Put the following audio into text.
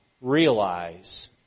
realize